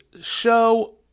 show